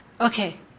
Okay